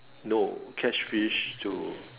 no catch fish to